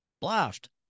Blast